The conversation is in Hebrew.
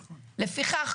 לפיכך,